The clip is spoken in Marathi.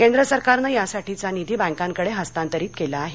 केंद्र सरकारनं यासाठीचा निधी बँकांकडे हस्तांतरित केला आहे